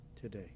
today